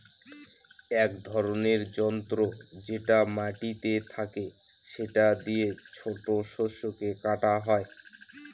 এক ধরনের যন্ত্র যেটা মাটিতে থাকে সেটা দিয়ে ছোট শস্যকে কাটা হয়